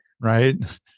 Right